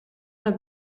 met